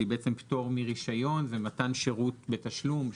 שהיא בעצם פטור מרישיון ומתן שירות בתשלום,